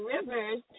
Rivers